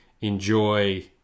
enjoy